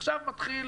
עכשיו מתחיל